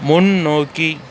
முன்னோக்கி